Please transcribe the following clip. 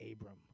Abram